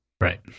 Right